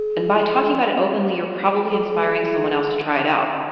and by talking about it openly, you're probably inspiring someone else to try it out.